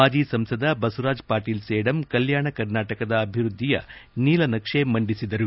ಮಾಜಿ ಸಂಸದ ಬಸವರಾಜ್ ಪಾಟೀಲ್ ಸೇಡಂ ಕಲ್ಯಾಣ ಕರ್ನಾಟಕದ ಅಭಿವೃದ್ದಿಯ ನೀಲನಕ್ಷೆ ಮಂಡಿಸಿದರು